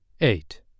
eight